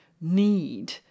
need